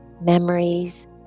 memories